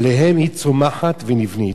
שעליהם היא צומחת ונבנית,